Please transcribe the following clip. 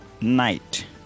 night